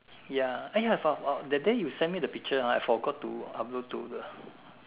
ya eh ya that day you send me the picture ah I forgot to upload to the